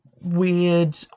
weird